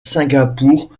singapour